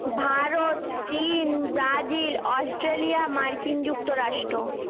ভারত চীন Brazil Australia মার্কিন যুক্তরাষ্ট্র